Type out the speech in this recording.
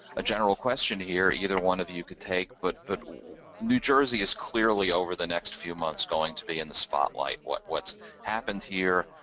general question here, either one of you can take, but but new jersey is clearly over the next few months going to be in the spotlight. what's what's happened here,